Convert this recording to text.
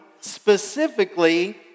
Specifically